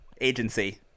Agency